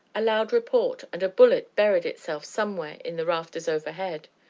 a loud report, and a bullet buried itself somewhere in the rafters overhead.